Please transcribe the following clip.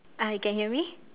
uh you can hear me